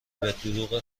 بهدروغ